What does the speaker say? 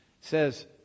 says